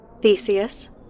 Theseus